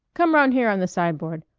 come round here on the side-porch.